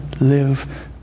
live